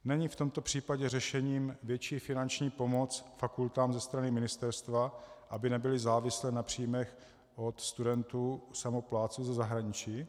Není v tomto případě řešením větší finanční pomoc fakultám ze strany ministerstva, aby nebyly závislé na příjmech od studentůsamoplátců ze zahraničí?